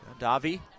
Davi